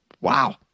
Wow